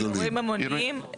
אירועים המוניים.